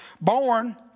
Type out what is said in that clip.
born